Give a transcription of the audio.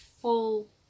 full